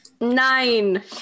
Nine